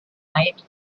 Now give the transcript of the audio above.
night